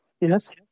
Yes